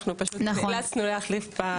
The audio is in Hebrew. אנחנו פשוט נאלצנו להחליף.